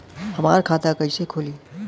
हमार खाता कईसे खुली?